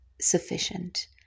sufficient